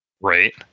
right